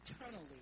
eternally